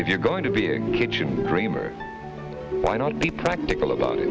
if you're going to be a kitchen dreamer why not be practical about